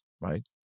right